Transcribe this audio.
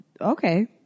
okay